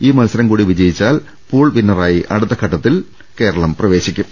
ഈ മത്സരം കൂടി ജയിച്ചാൽ പൂൾ വിന്നറായി അടുത്ത ഘട്ടത്തിൽ പ്രവേശിക്കും